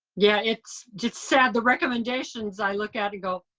yeah, it's sad, the recommendations i look at and go,